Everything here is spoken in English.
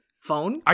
phone